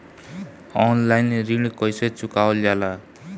Online ऋण कईसे चुकावल जाला?